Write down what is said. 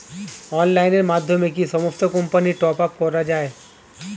অনলাইনের মাধ্যমে কি সমস্ত কোম্পানির টপ আপ করা যায়?